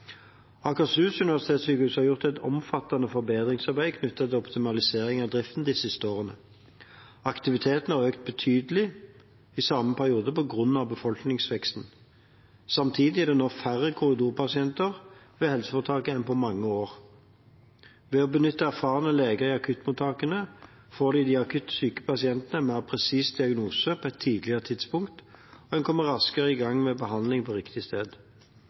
Akershus universitetssykehus har gjort et omfattende forbedringsarbeid knyttet til optimalisering av driften det siste året. Aktiviteten har økt betydelig i samme periode på grunn av befolkningsveksten. Samtidig er det nå færre korridorpasienter ved helseforetaket enn på mange år. Ved å benytte erfarne leger i akuttmottakene får de akutt syke pasientene en mer presis diagnose på et tidligere tidspunkt, og man kommer raskere i gang med behandlingen på riktig sted.